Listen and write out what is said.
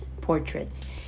portraits